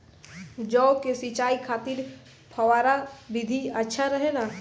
जौ के सिंचाई खातिर फव्वारा विधि अच्छा रहेला?